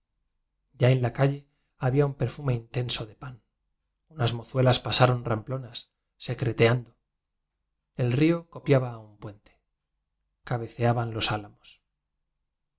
ya en la calle había un perfume intenso de pan unas mozuelas pasaron ramplo nas secreteando el río copiaba a un puen te cabeceaban los álamos